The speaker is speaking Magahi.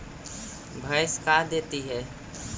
भैंस का देती है?